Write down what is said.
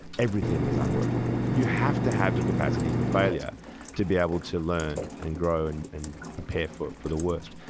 everything is unworkable. you have to have the capacity for failure to be able to learn and grow and and prepare for for the worst.